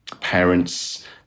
Parents